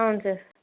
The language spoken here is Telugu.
అవును సార్